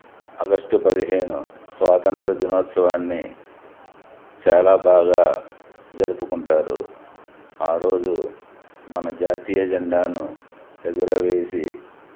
August పదిహేను స్వాతంత్ర దినోత్సవాన్ని చాలా బాగా జరుపుకుంటారు ఆ రోజు మన జాతీయ జెండాను ఎగురవేసి